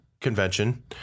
convention